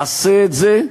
עשה את זה,